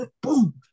Boom